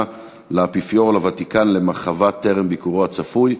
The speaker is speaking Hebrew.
לאפיפיור או לוותיקן למחווה טרם ביקורו הצפוי?